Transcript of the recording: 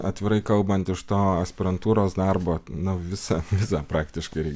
atvirai kalbant iš to aspirantūros darbo nu visą viaą praktiškai